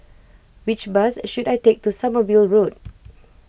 which bus should I take to Sommerville Road